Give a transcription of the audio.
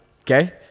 Okay